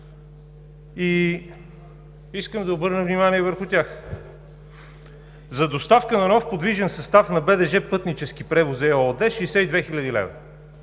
и искам да обърна внимание върху тях. За доставка на нов подвижен състав на БДЖ „Пътнически превози“ ЕООД – 62 млн. лв.